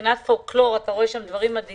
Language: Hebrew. ורואים שם פולקלור מדהים.